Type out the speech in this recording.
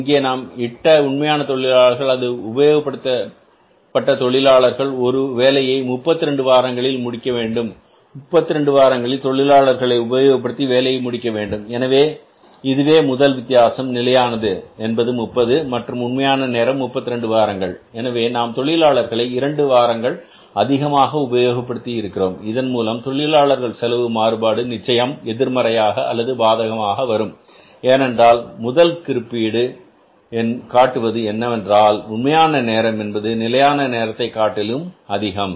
இங்கே நாம் இட்ட உண்மையான தொழிலாளர்கள் அல்லது உபயோகப்படுத்திய தொழிலாளர்கள் ஒரு வேலையை 32 வாரங்களில் முடிக்க வேண்டும் 32 வாரங்களில் தொழிலாளர்களை உபயோகப்படுத்தி வேலையை முடிக்க வேண்டும் எனவே இதுவே முதல் வித்தியாசம் நிலையானது என்பது 30 மற்றும் உண்மையான நேரம் 32 வாரங்கள் எனவே நாம் தொழிலாளர்களை இரண்டு வாரங்கள் அதிகமாக உபயோகப்படுத்தி இருக்கிறோம் இதன் மூலம் தொழிலாளர் செலவு மாறுபாடு நிச்சயம் எதிர்மறையாக அல்லது பாதகமாக வரும் ஏனென்றால் முதல் குறிப்பீடு காட்டுவது என்னவென்றால் உண்மையான நேரம் என்பது நிலையான நேரத்தைக் காட்டிலும் அதிகம்